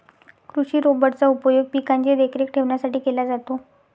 कृषि रोबोट चा उपयोग पिकांची देखरेख ठेवण्यासाठी केला जातो